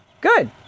Good